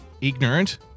ignorant